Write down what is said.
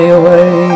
away